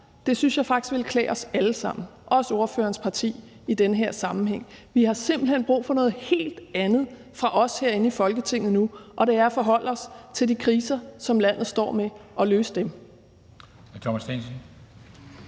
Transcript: Det synes jeg faktisk ville klæde os alle sammen, også spørgerens parti, i den her sammenhæng. Der er simpelt hen brug for noget helt andet fra os herinde i Folketinget nu, og det er, at vi forholder os til de kriser, som landet står med, og løser dem.